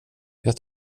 jag